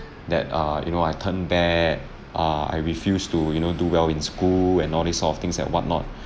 that err you know I turned bad uh I refuse to you know do well in school and all these sort of things and whatnot